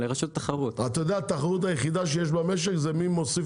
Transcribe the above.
אתה יודע התחרות היחידה שיש במשק זה מי מוסיף